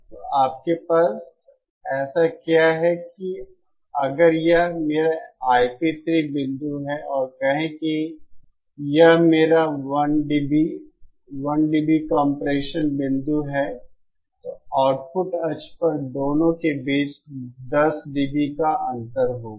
तो आपके पास ऐसा क्या है कि अगर यह मेरा Ip3 बिंदु है और कहें कि यह मेरा 1 dB कंप्रेशन बिंदु है तो आउटपुट अक्ष पर दोनों के बीच 10 dB का अंतर होगा